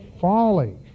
folly